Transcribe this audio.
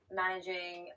managing